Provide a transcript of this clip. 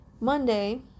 Monday